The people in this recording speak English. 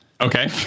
Okay